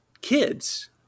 kids